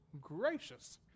gracious